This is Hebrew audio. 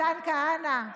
מתן כהנא,